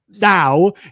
now